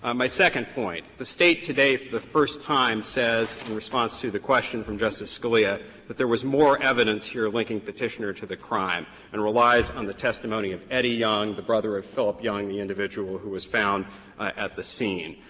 um my second point the state today for the first time says in response to the question from justice scalia that there was more evidence here linking petitioner to the crime and relies on the testimony of eddie young, the brother of phillip young, the individual who was found at the scene.